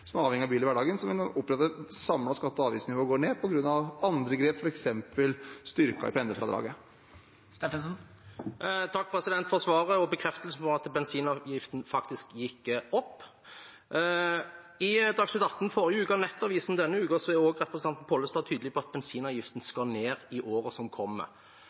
som er avhengig av bil i hverdagen, vil oppleve at det samlede skatte- og avgiftsnivået går ned på grunn av andre grep, f.eks. styrking av pendlerfradraget. Takk for svaret og for bekreftelsen på at bensinavgiften faktisk gikk opp. I Dagsnytt 18 forrige uke og Nettavisen denne uka er også representanten Pollestad tydelig på at bensinavgiften skal ned i året som kommer.